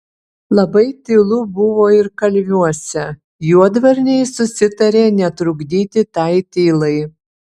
labai tylu buvo ir kalviuose juodvarniai susitarė netrukdyti tai tylai